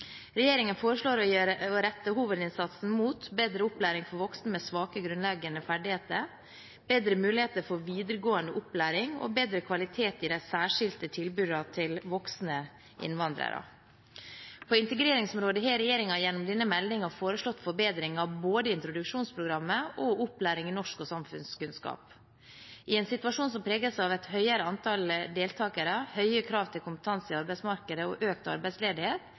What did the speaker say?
Regjeringen foreslår å rette hovedinnsatsen mot bedre opplæring for voksne med svake grunnleggende ferdigheter, bedre muligheter for videregående opplæring og bedre kvalitet i de særskilte tilbudene til voksne innvandrere. På integreringsområdet har regjeringen gjennom denne meldingen foreslått forbedring av både introduksjonsprogrammet og opplæring i norsk og samfunnskunnskap. I en situasjon som preges av et høyere antall deltakere, høye krav til kompetanse i arbeidsmarkedet og økt arbeidsledighet,